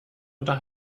unter